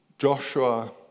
Joshua